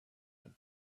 and